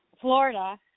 Florida